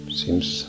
seems